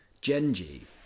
Genji